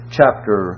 chapter